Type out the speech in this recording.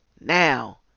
Now